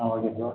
ah okay bro